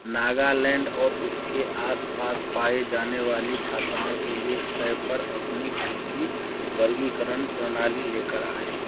नागालैंड और उसके आसपास पाए जाने वाली भाषाओं के लिए शैफर अपनी ख़ुद की वर्गीकरण प्रणाली लेकर आए